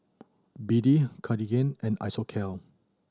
B D Cartigain and Isocal